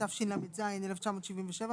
התשל"ז-1977,